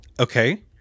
Okay